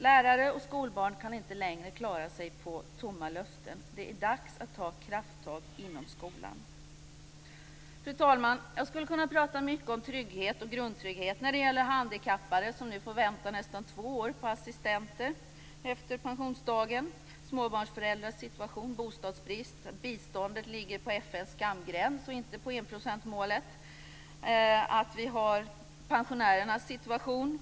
Lärare och skolbarn kan inte längre klara sig på tomma löften. Det är dags att ta krafttag inom skolan. Fru talman! Jag skulle kunna prata mycket om trygghet och grundtrygghet när det gäller handikappade som nu får vänta nästan två år på assistenter efter pensionsdagen. Jag skulle kunna prata om småbarnsföräldrars situation, om bostadsbrist och om att biståndet ligger på FN:s skamgräns och inte på enprocentsmålet. Jag skulle kunna prata om pensionärernas situation.